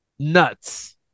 nuts